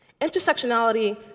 Intersectionality